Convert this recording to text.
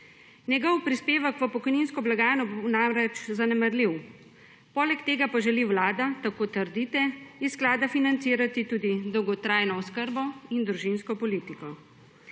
Njegov prispevek v pokojninsko blagajno je namreč zanemarljiv, poleg tega pa želi Vlada – tako trdite – iz sklada financirati tudi dolgotrajno oskrbo in družinsko politiko.